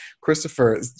Christopher